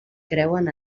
creuen